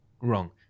wrong